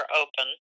open